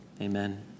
Amen